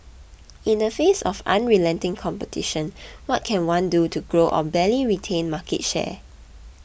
in the face of unrelenting competition what can one do to grow or barely retain market share